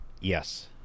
yes